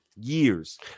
years